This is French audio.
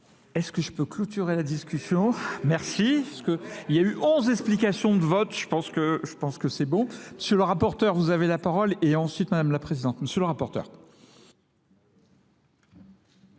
Est-ce que je peux clôturer la discussion ? Merci. Il y a eu 11 explications de vote, je pense que c'est bon. Monsieur le rapporteur, vous avez la parole et ensuite Madame la Présidente.